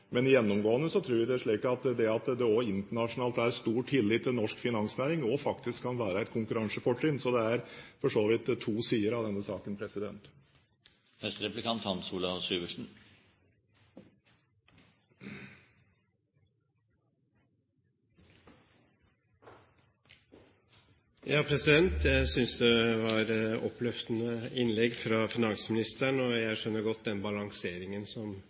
Men gjennomgående tror jeg det faktisk er slik at det at det også internasjonalt er stor tillit til norsk finansnæring, kan være et konkurransefortrinn, så det er for så vidt to sider av denne saken. Jeg synes det var et oppløftende innlegg fra finansministeren, og jeg skjønner godt den balanseringen som